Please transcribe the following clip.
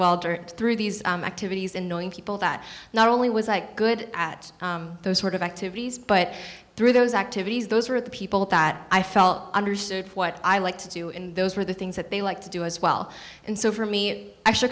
realized through these activities and knowing people that not only was like good at those sort of activities but through those activities those are the people that i felt understood what i like to do and those were the things that they like to do as well and so for me